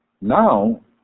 Now